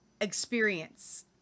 experience